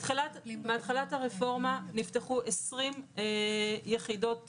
מתחילת הרפורמה נפתחו 20 יחידות